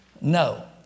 no